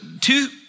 two